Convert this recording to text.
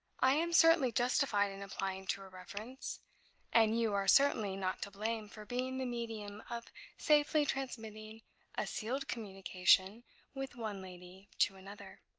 i am certainly justified in applying to her reference and you are certainly not to blame for being the medium of safely transmitting a sealed communication with one lady to another.